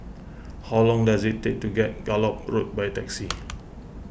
how long does it take to get Gallop Road by taxi